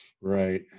Right